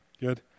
Good